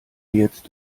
jetzt